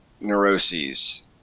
neuroses